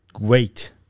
wait